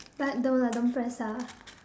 but don't lah don't press ah